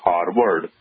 Harvard